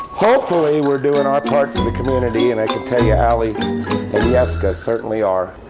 hopefully, we're doing our part for the community and i can tell you ali and jeske ah certainly are.